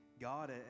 God